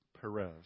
Perez